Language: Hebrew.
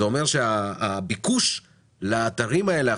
זה אומר שהביקוש לאתרים האלה,